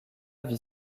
vit